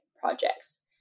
projects